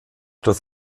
das